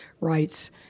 rights